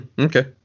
Okay